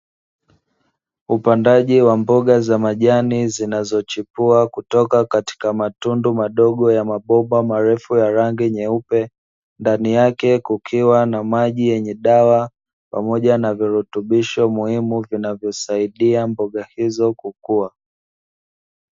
Upandaji wa mboga za majani zinazochipua kutoka katika matundu madogo ya mabomba marefu ya rangi nyeupe, ndani yake kukiwa na maji yenye dawa pamoja na virutubisho muhimu vinavyosaidia mboga hizo kukuwa.